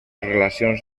relacions